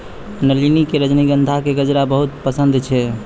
नलिनी कॅ रजनीगंधा के गजरा बहुत पसंद छै